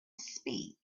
speak